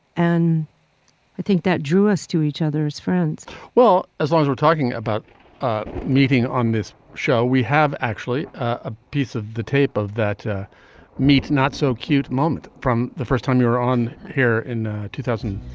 and i think that drew us to each other's friends well, as long as we're talking about meeting on this show, we have actually a piece of the tape of that meet. not so cute moment from the first time you're on here in two thousand